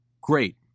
great